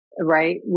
right